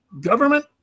government